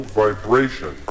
vibration